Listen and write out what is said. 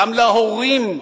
גם להורים,